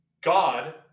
God